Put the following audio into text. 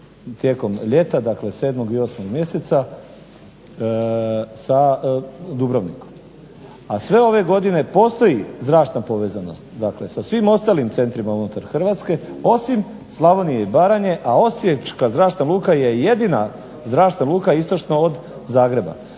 tijekom ljeta, dakle 7. i 8. mjeseca sa Dubrovnikom. A sve ove godine postoji zračna povezanost dakle sa svim ostalim centrima unutar Hrvatske osim Slavonije i Baranje. A Osječka zračna luka je jedina zračna luka istočno od Zagreba.